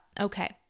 okay